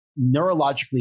neurologically